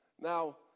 Now